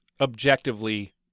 objectively